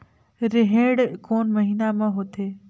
रेहेण कोन महीना म होथे?